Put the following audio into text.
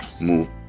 move